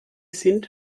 sind